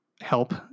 help